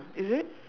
is it